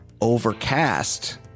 Overcast